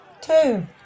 Two